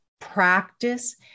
practice